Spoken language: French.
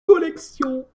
collections